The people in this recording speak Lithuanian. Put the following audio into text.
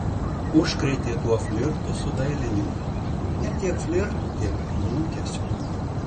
užkrėtė tuo flirtu su dailininku ne tiek flirtu kiek lūkesiu